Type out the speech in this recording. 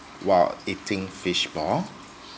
while eating fish ball